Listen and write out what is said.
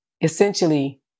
Essentially